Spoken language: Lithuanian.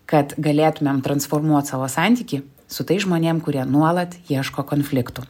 kad galėtumėm transformuot savo santykį su tais žmonėm kurie nuolat ieško konfliktų